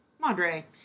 Madre